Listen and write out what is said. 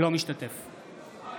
אינו משתתף בהצבעה